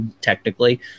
technically